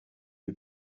lui